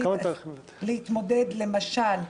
בלי שקיימתי דיון אצלי בסיעה עם חברי הכנסת בסיעה שלי,